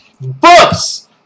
Books